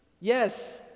Yes